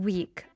Week